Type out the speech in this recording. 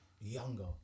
younger